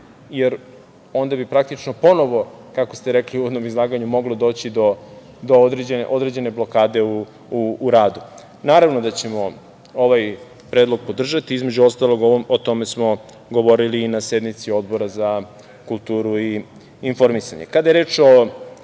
Onda bi praktično ponovo kako ste rekli u uvodnom izlaganju, moglo doći do određene blokade u radu. Naravno da ćemo ovaj predlog podržati, između ostalog o tome smo govorili i na sednici Odbora za kulturu i informisanje. Kada